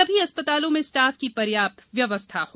सभी अस्पतालों में स्टाफ की प्र्याप्त व्यवस्था हो